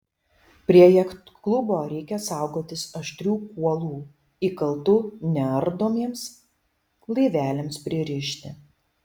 prie jachtklubo reikia saugotis aštrių kuolų įkaltų neardomiems laiveliams pririšti